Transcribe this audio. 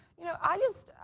you know, i just,